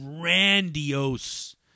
grandiose